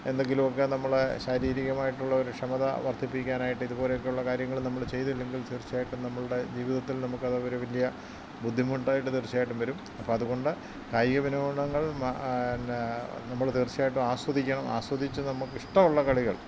എന്തെങ്കിലുമൊക്കെ നമ്മുടെ ശാരീരികമായിട്ടുള്ള ഒരു ക്ഷമത വർദ്ധിപ്പിക്കാൻ ആയിട്ട് ഇതുപോലെയൊക്കെയുള്ള കാര്യങ്ങൾ നമ്മൾ ചെയ്തില്ല എങ്കിൽ തീർച്ചയായിട്ടും നമ്മളുടെ ജീവിതത്തിൽ നമുക്ക് അതു വലിയ ബുദ്ധിമുട്ട് ആയിട്ടു തീർച്ചയായിട്ടും വരും അപ്പോൾ അതുകൊണ്ട് കായിക വിനോദങ്ങൾ പിന്നെ നമ്മൾ തീർച്ചയായിട്ടും ആസ്വദിക്കണം ആസ്വദിച്ച് നമുക്ക് ഇഷ്ടം ഉള്ള കളികൾ